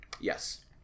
Yes